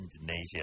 Indonesia